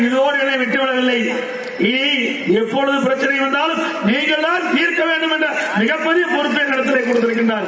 இதோடு என்னை விட்டுவிடவில்லை இனி எப்போது பிரச்னை வந்தாலும் நீங்கள்தான் தீர்க்க வேண்டும் என்ற மிகப்பெரிய பொறுப்பை என்னிடம் தந்திரக்கிறார்கள்